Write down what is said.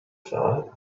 thought